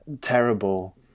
terrible